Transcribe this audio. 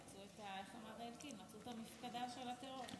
איך אמר אלקין, מצאו את המפקדה של הטרור.